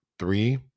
Three